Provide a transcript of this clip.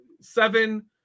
seven